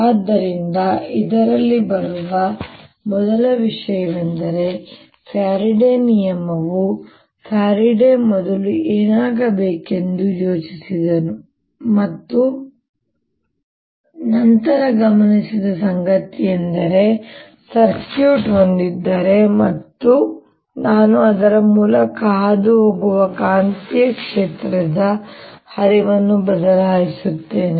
ಆದ್ದರಿಂದ ಇದರಲ್ಲಿ ಬರುವ ಮೊದಲ ವಿಷಯವೆಂದರೆ ಫ್ಯಾರಡೆಯ ನಿಯಮವು ಫ್ಯಾರಡೆ ಮೊದಲು ಏನಾಗಬೇಕೆಂದು ಯೋಚಿಸಿದನು ಮತ್ತು ನಂತರ ಗಮನಿಸಿದ ಸಂಗತಿಯೆಂದರೆ ನಾನು ಸರ್ಕ್ಯೂಟ್ ಹೊಂದಿದ್ದರೆ ಮತ್ತು ನಾನು ಅದರ ಮೂಲಕ ಹಾದುಹೋಗುವ ಕಾಂತೀಯ ಕ್ಷೇತ್ರದ ಹರಿವನ್ನು ಬದಲಾಯಿಸುತ್ತೇನೆ